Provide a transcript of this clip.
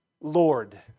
Lord